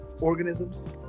organisms